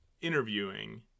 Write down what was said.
interviewing